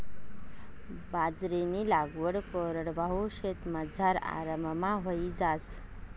बाजरीनी लागवड कोरडवाहू शेतमझार आराममा व्हयी जास